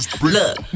look